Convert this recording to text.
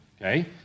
Okay